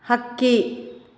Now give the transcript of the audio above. ಹಕ್ಕಿ